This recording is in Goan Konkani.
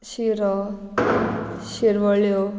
शिरो शिरवळ्यो